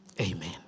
amen